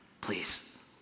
Please